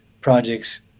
projects